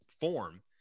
form